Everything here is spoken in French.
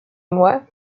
mois